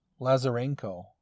Lazarenko